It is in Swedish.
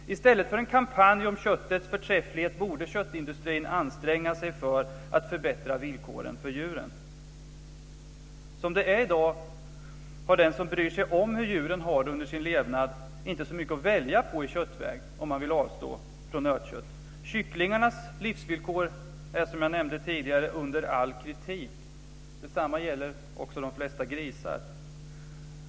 I stället för en kampanj om köttets förträfflighet borde köttindustrin anstränga sig att förbättra villkoren för djuren. Som det är i dag har den som bryr sig om hur djuren har det under sin levnad inte så mycket att välja på i köttväg om man vill avstå från nötkött. Kycklingarnas livsvillkor är som jag nämnde tidigare under all kritik. Detsamma gäller också de flesta grisar.